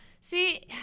See